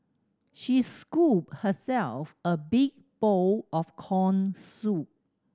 she scooped herself a big bowl of corn soup